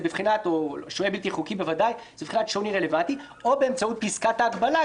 או שוהה בלתי חוקי בוודאי הוא שוני רלוונטי או באמצעות פסקת ההגבלה,